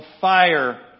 fire